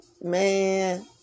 Man